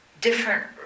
different